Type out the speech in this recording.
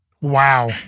Wow